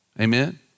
Amen